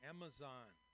Amazon